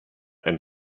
and